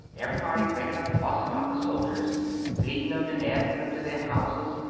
everybody makin' a fuss about the soldiers feeding em, and asking em to their houses,